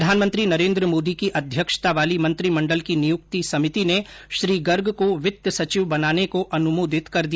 प्रधानमंत्री नरेन्द्र मोदी की अध्यक्षता वाली मंत्रिमंडल की नियुक्ति समिति ने श्री गर्ग को वित्त सचिव बनाने को अनुमोदित कर दिया